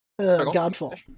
godfall